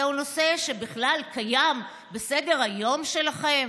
זהו נושא שבכלל קיים בסדר-היום שלכם?